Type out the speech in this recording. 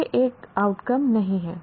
यह एक आउटकम नहीं है